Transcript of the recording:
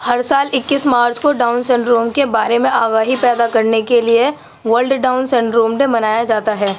ہر سال اکیس مارچ کو ڈاؤن سنڈروم کے بارے میں آگاہی پیدا کرنے کے لیے ورلڈ ڈاؤن سنڈروم ڈے منایا جاتا ہے